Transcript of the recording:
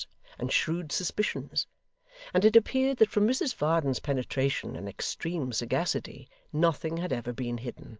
and shrewd suspicions and it appeared that from mrs varden's penetration and extreme sagacity nothing had ever been hidden.